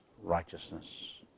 righteousness